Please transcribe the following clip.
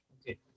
okay